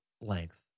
length